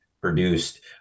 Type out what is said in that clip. produced